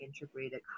integrated